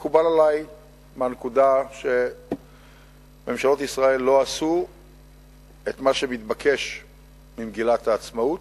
מקובל עלי מהנקודה שממשלות ישראל לא עשו את מה שמתבקש ממגילת העצמאות,